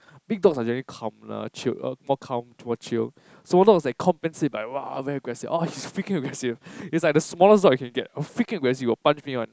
big dogs are usually calm lah chilled uh more calm more chilled small dogs they compensate by roar very aggressive ah he's freaking aggressive he's like the smallest dog I can get a freaking aggressive will punch me one